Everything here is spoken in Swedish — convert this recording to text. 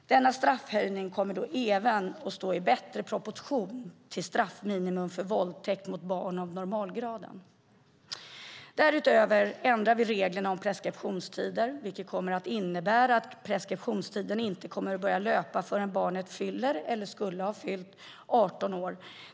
Denna straffhöjning kommer då även att stå i bättre proportion till straffminimum för våldtäkt mot barn av normalgraden. Därutöver ändrar vi reglerna om preskriptionstider, vilket kommer att innebära att preskriptionstiden inte kommer att börja löpa förrän barnet fyller eller skulle ha fyllt 18 år.